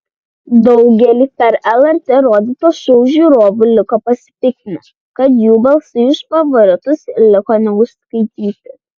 daugelį per lrt rodyto šou žiūrovų liko pasipiktinę kad jų balsai už favoritus liko neužskaityti